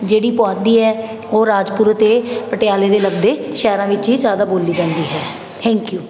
ਜਿਹੜੀ ਪੁਆਧੀ ਹੈ ਉਹ ਰਾਜਪੁਰੇ ਅਤੇ ਪਟਿਆਲੇ ਦੇ ਲੱਗਦੇ ਸ਼ਹਿਰਾਂ ਵਿੱਚ ਹੀ ਜ਼ਿਆਦਾ ਬੋਲੀ ਜਾਂਦੀ ਹੈ ਥੈਂਕ ਯੂ